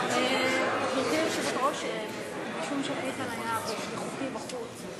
משום שאיתן היה, אבל